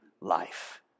life